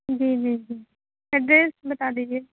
جی جی جی ایڈریس بتا دیجیے